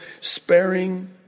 sparing